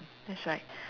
that's right